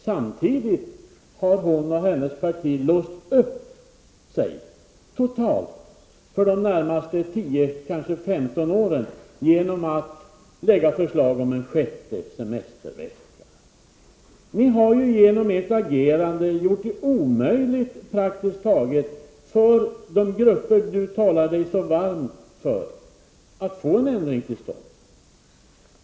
Samtidigt har hon och hennes parti låst upp sig totalt för de närmaste 10-15 åren genom att lägga fram förslag om en sjätte semestervecka. Ni har genom ert agerande gjort det praktiskt taget omöjligt för de grupper som Mona Sahlin talar så varmt för att få en ändring till stånd.